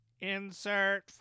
insert